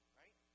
right